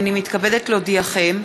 הנני מתכבדת להודיעכם,